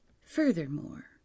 furthermore